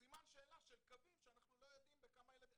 שאלה של קווים שאנחנו לא יודעים כמה ילדים.